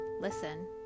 Listen